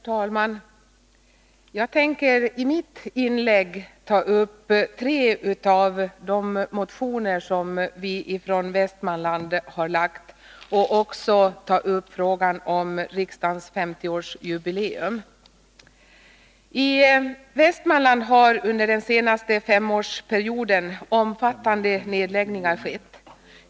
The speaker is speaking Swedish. Herr talman! Jag skall i mitt inlägg beröra tre av de motioner som vi ifrån Västmanland har väckt och också frågan om riksdagens 550-årsjubileum. I Västmanland har omfattande nedläggningar skett under den senaste femårsperioden.